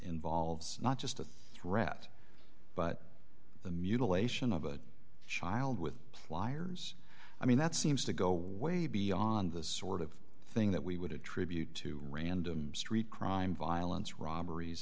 involves not just a rat but the mutilation of a child with wires i mean that seems to go way beyond the sort of thing that we would attribute to random street crime violence robberies